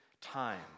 time